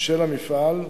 של המפעל: